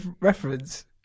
reference